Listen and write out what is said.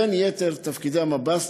בין יתר תפקידי המב"ס,